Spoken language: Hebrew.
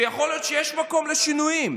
ויכול להיות שיש מקום לשינויים.